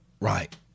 right